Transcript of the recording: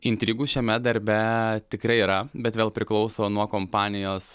intrigų šiame darbe tikrai yra bet vėl priklauso nuo kompanijos